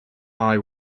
eye